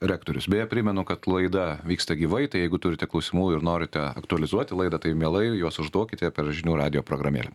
rektorius beje primenu kad laida vyksta gyvai tai jeigu turite klausimų ir norite aktualizuoti laidą tai mielai juos užduokite per žinių radijo programėlę